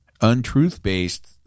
untruth-based